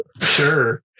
Sure